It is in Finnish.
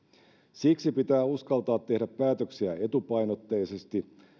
siksi pitää uskaltaa tehdä päätöksiä etupainotteisesti